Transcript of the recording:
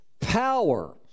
power